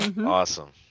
Awesome